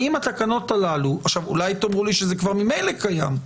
האם התקנות הללו עכשיו אולי תאמרו לי שזה כבר ממילא קיים,